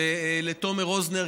ולתומר רוזנר,